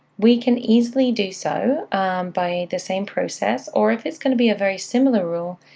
we can easily do so by the same process or if it's going to be a very similar rule,